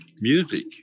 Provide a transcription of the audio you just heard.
music